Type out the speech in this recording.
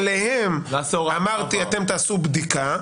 עליהם אמרתי שתעשו בדיקה.